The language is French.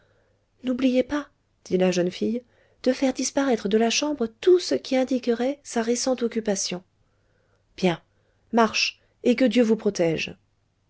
n'oubliez pas dit la jeune fille de faire disparaître de la chambre tout ce qui indiquerait sa récente occupation bien marche et que dieu vous protège